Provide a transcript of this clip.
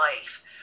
life